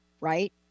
right